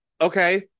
Okay